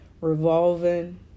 Revolving